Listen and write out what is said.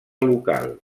local